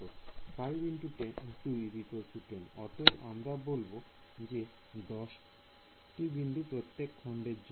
5 X 2 10 অতএব তোমরা বলবে যে 10 বিন্দু প্রত্যেকটি খন্ডের জন্য